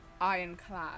ironclad